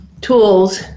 tools